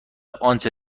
آنچه